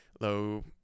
low